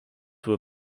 were